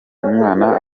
umwana